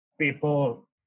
people